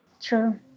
True